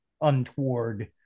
untoward